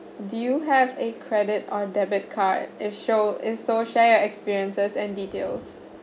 do you have a credit or debit card if show if so share your experiences and details